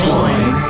Join